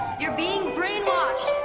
you're being brainwashed!